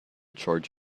charge